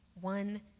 one